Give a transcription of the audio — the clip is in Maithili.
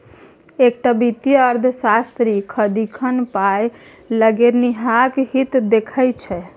एकटा वित्तीय अर्थशास्त्री सदिखन पाय लगेनिहारक हित देखैत छै